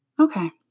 Okay